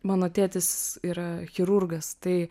mano tėtis yra chirurgas tai